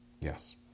Yes